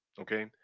okay